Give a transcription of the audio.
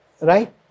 Right